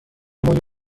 موی